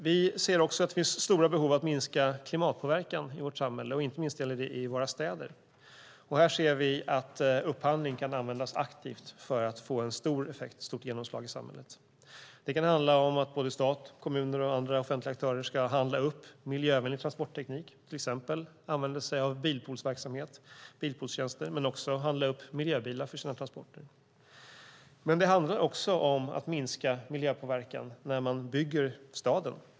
Vi ser också att det finns stora behov av att minska klimatpåverkan i vårt samhälle. Inte minst gäller det i våra städer. Här ser vi att upphandling kan användas aktivt för att få en stor effekt och ett stort genomslag i samhället. Det kan handla om att både stat, kommun och andra offentliga aktörer ska handla upp miljövänlig transportteknik, till exempel använda sig av bilpoolstjänster, men också handla upp miljöbilar för sina transporter. Det handlar också om att minska miljöpåverkan när man bygger staden.